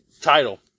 Title